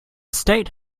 state